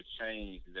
change